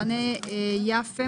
מחנה יפה,